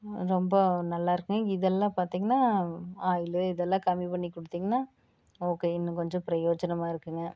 ரொம்ப நல்லா இருக்குங்க இதெல்லாம் பார்த்தீங்கன்னா ஆயிலு இதெல்லாம் கம்மி பண்ணி கொடுத்தீங்கன்னா ஓகே இன்னும் கொஞ்சம் பிரியோஜனமாக இருக்குங்க